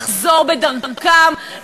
לחזור בדרכם,